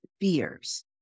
fears